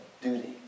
duty